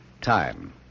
time